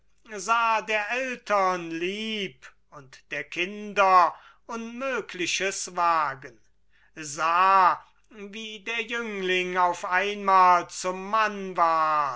der eltern lieb und der kinder unmögliches wagen sah wie der jüngling auf einmal zum mann ward